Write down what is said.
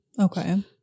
okay